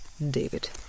David